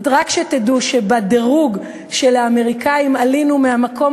רק שתדעו שבדירוג של האמריקנים עלינו מהמקום